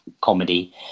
comedy